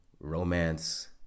romance